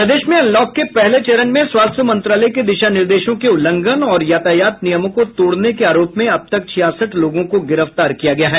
प्रदेश में अनलॉक के पहले चरण में स्वास्थ्य मंत्रालय के दिशा निर्देशों के उल्लंघन और यातायात नियमों को तोड़ने के आरोप में अब तक छियासठ लोगों को गिरफ्तार किया गया है